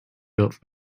built